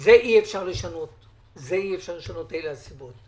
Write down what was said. את זה אי אפשר לשנות, אלה הנסיבות.